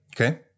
Okay